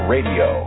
Radio